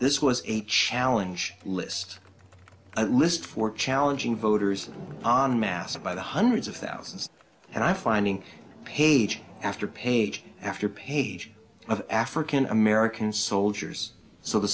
this was a challenge list a list for challenging voters on massive by the hundreds of thousands and i finding page after page after page of african american soldiers so the